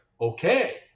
okay